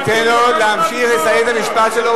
אני שמעתי אותו, תן לו להמשיך לסיים את המשפט שלו.